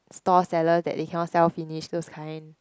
store sellers that they cannot sell finish those kind